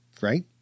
right